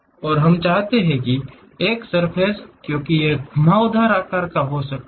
और हम चाहते हैं कि यह एक सर्फ़ेस है क्योंकि यह एक घुमावदार आकार हो सकता है